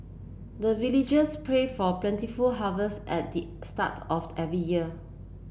the villagers pray for plentiful harvest at start of every year